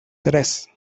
tres